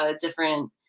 different